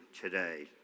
today